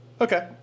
Okay